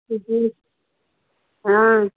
जी हाँ